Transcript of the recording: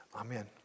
Amen